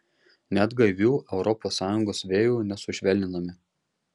net gaivių europos sąjungos vėjų nesušvelninami